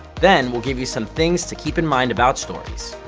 then, we'll give you some things to keep in mind about stories.